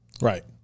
right